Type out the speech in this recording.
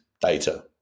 data